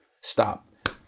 Stop